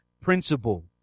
principle